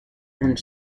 and